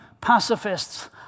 pacifists